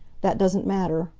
that doesn't matter.